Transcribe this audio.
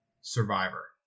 survivor